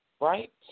right